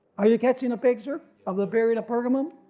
are you catching a picture of the period of pergamum.